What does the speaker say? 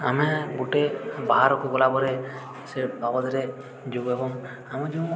ଆମେ ଗୋଟେ ବାହାରକୁ ଗଲା ପରେ ସେ ବାବଦରେ ଯୋଗ ଏବଂ ଆମେ ଯେଉଁ